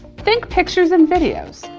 think pictures and videos,